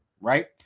right